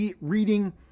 reading